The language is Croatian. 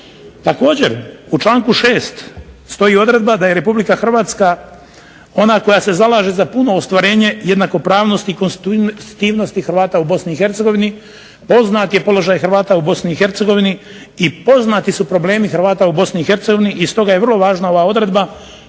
Također u članku 6. stoji odredba da je Republika Hrvatska ona koja se zalaže za puno ostvarenje jednakopravnosti i konstitutivnosti Hrvata u Bosni i Hercegovini, poznat je položaj Hrvata u bosni i Hercegovini, i poznati su problemi Hrvata u BIH stoga je vrlo važna ova odredba